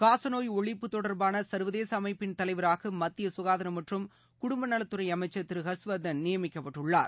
காசநோய் ஒழிப்பு தொடர்பான சர்வதேச அமைப்பின் தலைவராக மத்திய சுகாதாரம் மற்றும் குடும்நலத்துறை அமைச்சர் திரு ஹர்ஷ்வர்தன் நியமிக்கப்பட்டுள்ளார்